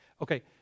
Okay